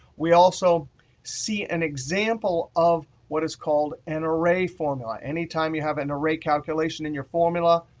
we also see an example of what is called an array formula. anytime you have an array calculation in your formula,